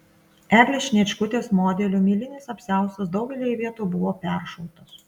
eglės sniečkutės modelio milinis apsiaustas daugelyje vietų buvo peršautas